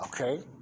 okay